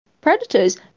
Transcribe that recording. Predators